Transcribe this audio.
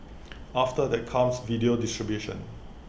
after that comes video distribution